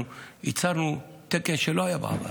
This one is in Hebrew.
הצענו תקן שלא היה בעבר,